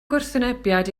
gwrthwynebiad